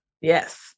Yes